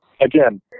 again